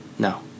No